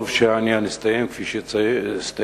טוב שהעניין הסתיים כפי שהסתיים,